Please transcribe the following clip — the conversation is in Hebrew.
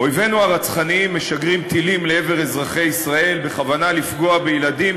אויבינו הרצחניים משגרים טילים לעבר אזרחי ישראל בכוונה לפגוע בילדים,